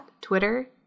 Twitter